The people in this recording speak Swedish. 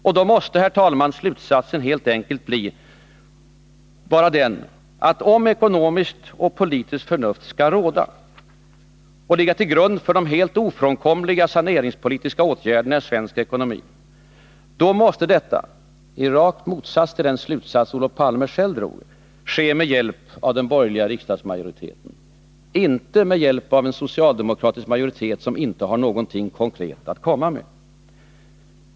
Och då måste, herr talman, slutsatsen helt enkelt bli den, att om ekonomiskt och politiskt förnuft skall råda och ligga till grund för de helt ofrånkomliga saneringspolitiska åtgärderna i svensk ekonomi, då måste detta — i rak motsats till den slutsats Olof Palme själv drog — ske med hjälp av den borgerliga riksdagsmajoriteten, inte med hjälp av en socialdemokratisk majoritet som inte har någonting konkret att komma med.